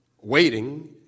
Waiting